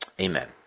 amen